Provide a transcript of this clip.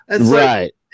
Right